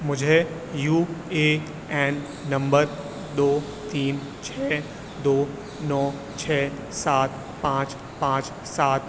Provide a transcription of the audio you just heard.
مجھے U A N number دو تین چھ دو نو چھ سات پانچ پانچ سات